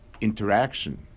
interaction